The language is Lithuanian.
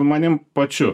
manim pačiu